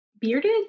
Bearded